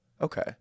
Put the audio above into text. Okay